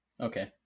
Okay